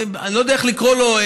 אני לא יודע איך לקרוא לו,